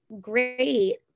great